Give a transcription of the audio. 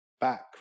back